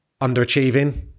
underachieving